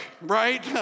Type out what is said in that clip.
right